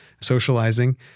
socializing